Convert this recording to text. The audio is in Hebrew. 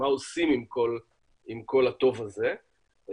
מה עושים עם כל הטוב הזה.